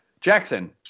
Jackson